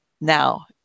now